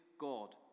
God